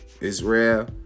Israel